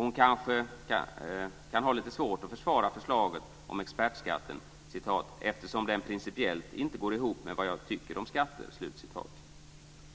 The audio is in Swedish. Hon kanske kan ha lite svårt att försvara förslaget om expertskatten, "eftersom den principiellt sett inte går ihop med vad jag tycker". Det